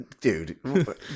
dude